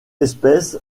espèce